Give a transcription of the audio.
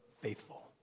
faithful